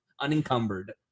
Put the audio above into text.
unencumbered